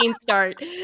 start